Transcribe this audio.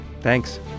Thanks